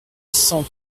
cent